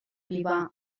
avivar